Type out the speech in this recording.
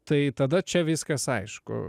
tai tada čia viskas aišku